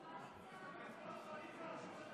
תוצאות ההצבעה: בעד, 42, נגד,